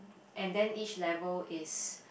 and then each level is